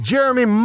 Jeremy